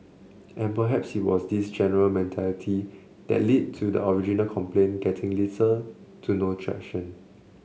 and perhaps it was this general mentality that lead to the original complaint getting less to no traction